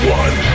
one